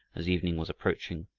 as evening was approaching,